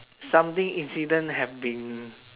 something incident had been